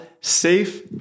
safe